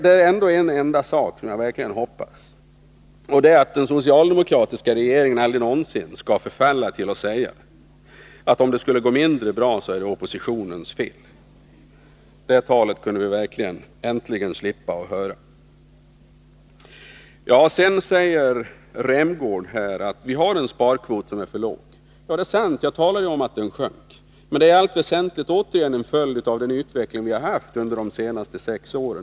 En enda sak hoppas jag verkligen: att den socialdemokratiska regeringen aldrig någonsin skall förfalla till att säga att om det går mindre bra, så är det oppositionens fel. Sådant tal borde vi väl ändå slippa att höra! Sedan säger Rolf Rämgård att sparkvoten är för låg. Ja, det är sant. Jag talade ju om att den sjönk, men det är i allt väsentligt återigen en följd av utvecklingen under de senaste sex åren.